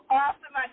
awesome